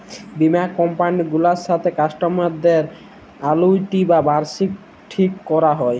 বীমা কমপালি গুলার সাথে কাস্টমারদের আলুইটি বা বার্ষিকী ঠিক ক্যরা হ্যয়